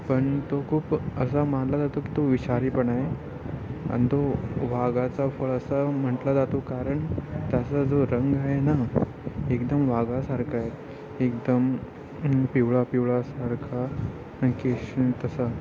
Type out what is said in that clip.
पण तो खूप असा मानला जातो तो विषारी पण आहे आणि तो वाघाचा फळ असा म्हटला जातो कारण त्याचा जो रंग आहे ना एकदम वाघासारखं आहे एकदम पिवळा पिवळासारखा आणि केश तसा